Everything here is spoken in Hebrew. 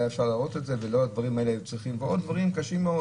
ועוד דברים קשים מאוד